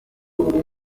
buri